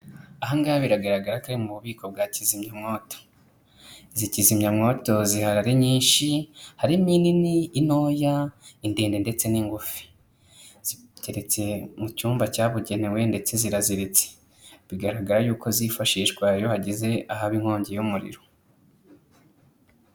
Aha ngaha biragaragara ko ari mu bubiko bwa kizimyamwoto; izi kizimyamwoto zihari nyinshi, harimo inini, intoya, indende ndetse n'ingufi. Ziteretse mu cyumba cyabugenewe ndetse zirazitse; bigaragara yuko zifashishwa iyo hagize ahaba inkongi y'umuriro.